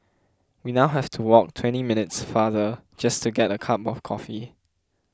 we now have to walk twenty minutes farther just to get a cup of coffee